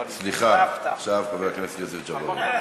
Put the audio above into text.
סליחה, עכשיו יבוא חבר הכנסת ג'בארין.